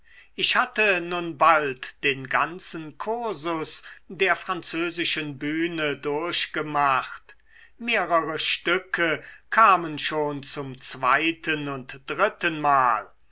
ich hatte nun bald den ganzen kursus der französischen bühne durchgemacht mehrere stücke kamen schon zum zweiten und drittenmal